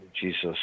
Jesus